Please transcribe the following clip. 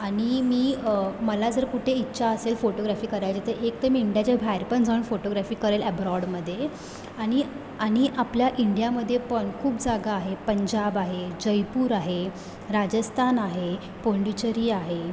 आणि मी मला जर कुठे इच्छा असेल फोटोग्राफी करायची तर एक तर मी इंडियाच्या बाहेर पण जाऊन फोटोग्राफी करेल ॲब्रॉडमध्ये आणि आणि आपल्या इंडियामध्ये पण खूप जागा आहे पंजाब आहे जयपूर आहे राजस्थान आहे पॉण्डेचेरी आहे